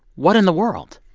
what in the world?